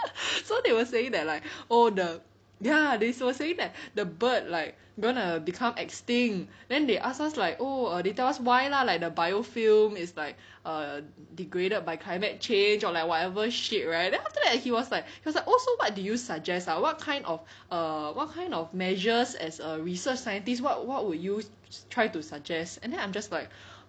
so they were saying that like oh the ya they were saying that the bird like gonna become extinct then they ask us like oh they tell us why lah like the biofilm is like err degraded by climate change or like whatever shit right then after that he was like he was like oh so what do you suggest ah what kind of err what kind of measures as a research scientist what what would you try to suggest and then I'm just like